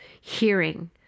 hearing